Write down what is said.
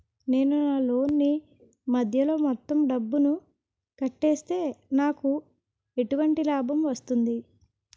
నేను నా లోన్ నీ మధ్యలో మొత్తం డబ్బును కట్టేస్తే నాకు ఎటువంటి లాభం వస్తుంది?